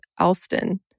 Alston